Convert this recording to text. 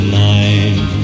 nine